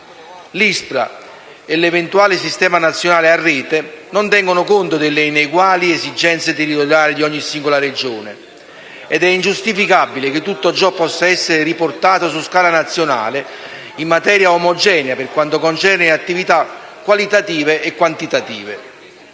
L'ISPRA e l'eventuale Sistema nazionale a rete non tengono conto delle ineguali esigenze territoriali di ogni singola Regione, ed è ingiustificabile che tutto ciò possa essere riportato su scala nazionale in maniera omogenea per quanto concerne le attività qualitative e quantitative.